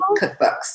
cookbooks